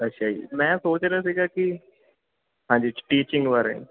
ਅੱਛਾ ਜੀ ਮੈਂ ਸੋਚ ਰਿਹਾ ਸੀਗਾ ਕਿ ਹਾਂਜੀ ਟੀਚਿੰਗ ਬਾਰੇ